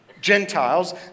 Gentiles